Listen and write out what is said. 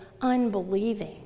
unbelieving